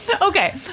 Okay